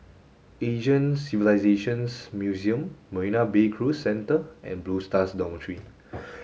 Asian Civilisations Museum Marina Bay Cruise Centre and Blue Stars Dormitory